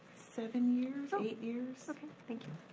seven years, eight years. okay, thank you.